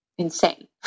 Insane